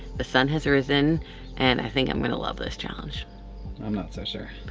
the sun has risen and i think i'm gonna love this challenge. i'm not so sure.